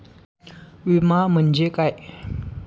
विमा म्हणजे काय?